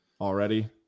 already